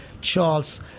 Charles